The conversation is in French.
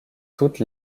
toutes